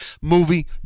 Movie